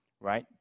right